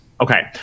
Okay